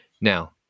now